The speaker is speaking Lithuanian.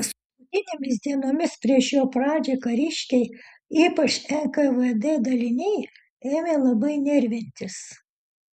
paskutinėmis dienomis prieš jo pradžią kariškiai ypač nkvd daliniai ėmė labai nervintis